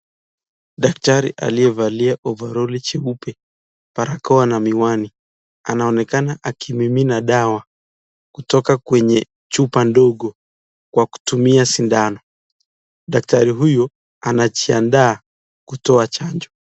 Daktari aliyevalia ovaroli jeupe barakoa na miwani anaonekana akimimina dawa kutoka Kwenye chupa ndogo Kwa kutumia sindano, daktari huyu anajiandaa kutoa chanjo.